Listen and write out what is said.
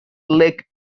lake